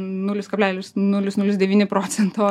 nulis kablelis nulis nulis devyni procento